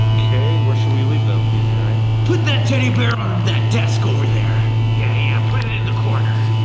okay, were should we leave them, p z nine? put that teddy bear on that desk over there. yeah yeah, put it in the corner.